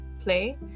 play